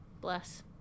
Bless